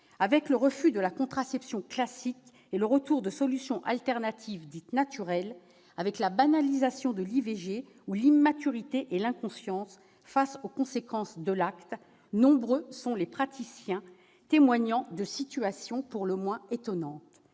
Avec le refus de la contraception classique et le retour de solutions alternatives dites naturelles, avec la banalisation de l'IVG ou l'immaturité et l'inconscience face aux conséquences de l'acte, nombreux sont les praticiens témoignant de situations pour le moins étonnantes.